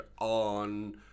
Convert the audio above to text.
on